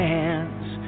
hands